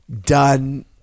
done